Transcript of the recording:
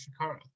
Shakara